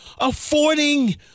affording